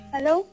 Hello